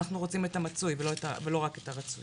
אנחנו רוצים גם את הרצוי לא רק את המצוי.